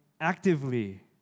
actively